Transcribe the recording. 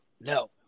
No